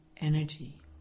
energy